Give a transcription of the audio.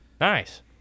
Nice